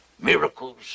miracles